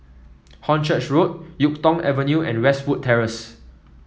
Hornchurch Road YuK Tong Avenue and Westwood Terrace